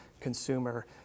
consumer